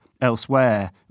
elsewhere